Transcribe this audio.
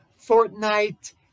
Fortnite